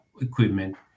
equipment